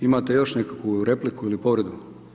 Imate još nekakvu repliku ili povredu?